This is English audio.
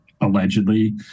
allegedly